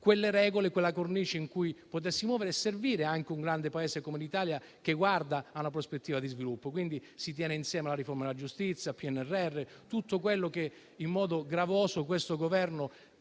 quelle regole, quella cornice in cui potersi muovere e servire anche a un grande Paese come l'Italia, che guarda a una prospettiva di sviluppo. Per questo si tengono insieme la riforma della giustizia, il PNRR e tutto quello che, in modo gravoso, questo Governo